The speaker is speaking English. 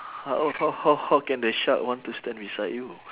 how how how how can the shark want to stand beside you